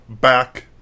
back